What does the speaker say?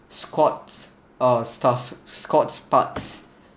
scott's uh stuffed scott's parts